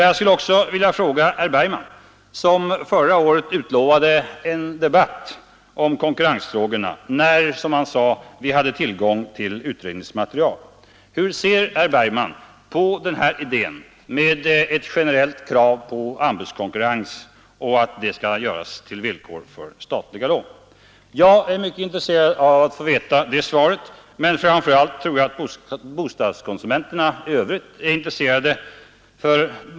Jag skulle också vilja fråga herr Bergman, som förra året utlovade en debatt om konkurrensfrågorna när, som han sade, vi hade tillgång till utredningsmaterial: Hur ser herr Bergman på den här idén med ett generellt krav på anbudskonkurrens som villkor för statliga lån? Jag är mycket intresserad av att få veta det, men framför allt tror jag att bostadskonsumenterna är intresserade.